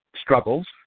struggles